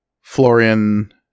Florian